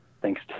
thanks